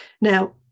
Now